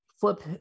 flip